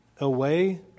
away